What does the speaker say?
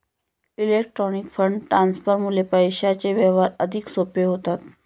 electronic fund ट्रान्सफरमुळे पैशांचे व्यवहार अधिक सोपे होतात